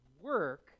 work